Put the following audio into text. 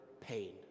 pain